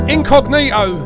Incognito